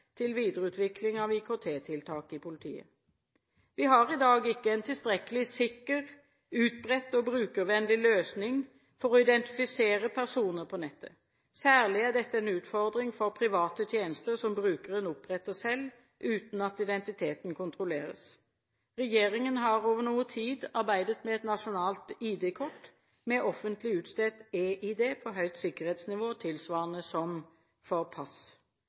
til videreutvikling av IKT-tiltak i politiet. Vi har i dag ikke en tilstrekkelig sikker, utbredt og brukervennlig løsning for å identifisere personer på nettet. Særlig er dette en utfordring for private tjenester som brukeren oppretter selv, uten at identiteten kontrolleres. Regjeringen har over noe tid arbeidet med et nasjonalt ID-kort, med offentlig utstedt eID på høyt sikkerhetsnivå tilsvarende nivået for pass.